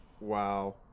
Wow